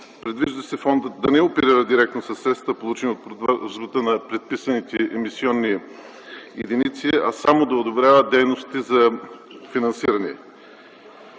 Предвижда се фондът да не оперира директно със средствата, получени от продажбата на предписаните емисионни единици, а само да одобрява дейностите за финансиране.